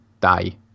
die